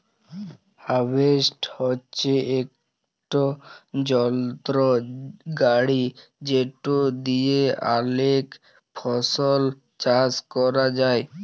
harvester হছে ইকট যলত্র গাড়ি যেট দিঁয়ে অলেক ফসল চাষ ক্যরা যায়